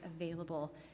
available